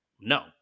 No